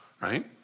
right